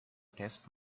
test